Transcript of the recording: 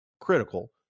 critical